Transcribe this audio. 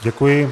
Děkuji.